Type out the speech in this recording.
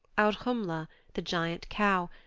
audhumla, the giant cow,